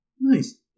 Nice